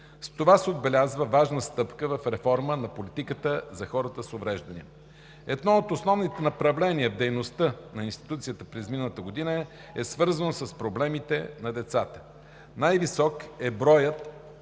С това се отбелязва важна стъпка в реформата на политиката за хората с увреждания. Едно от основните направления в дейността на институцията през изминалата година е свързано с проблемите на децата. Най-висок е броят